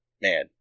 man